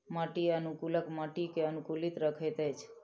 माटि अनुकूलक माटि के अनुकूलित रखैत अछि